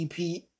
EP